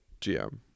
GM